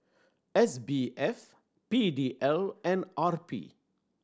S B F P D L and R P